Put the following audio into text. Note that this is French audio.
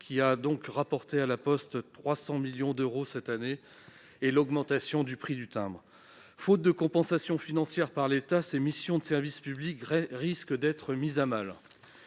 tout de même rapporté à La Poste 300 millions d'euros cette année, ni par l'augmentation du prix du timbre. Faute de compensation financière par l'État, les missions de service public de La Poste risquent d'être mises à mal.